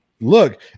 look